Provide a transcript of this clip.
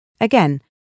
Again